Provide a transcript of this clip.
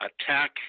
attack